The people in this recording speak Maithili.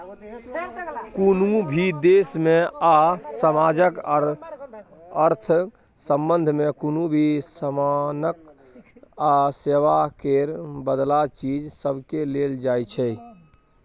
कुनु भी देश में आ समाजक अर्थक संबंध में कुनु भी समानक आ सेवा केर बदला चीज सबकेँ लेल जाइ छै